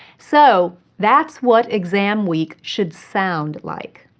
so that's what exam week should sound like.